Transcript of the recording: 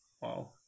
Wow